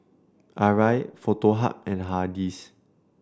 Arai Foto Hub and Hardy's